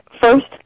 First